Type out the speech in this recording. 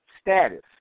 status